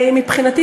מבחינתי,